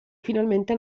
finalmente